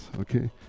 okay